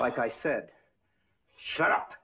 like i said shut up